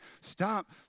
stop